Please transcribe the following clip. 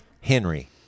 Henry